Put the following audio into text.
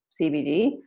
CBD